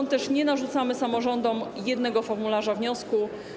Dlatego nie narzucamy samorządom jednego formularza wniosku.